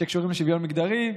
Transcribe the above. שקשורים לשוויון מגדרי,